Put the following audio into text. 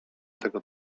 tego